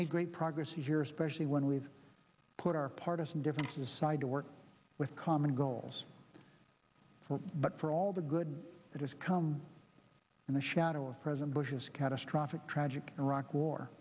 made great progress here especially when we've put our partisan differences aside to work with common goals for but for all the good that has come in the shadow of president bush's catastrophic tragic iraq war